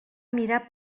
mirar